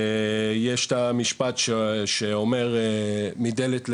יש את המשפט שאומר מדלת לדלת,